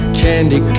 candy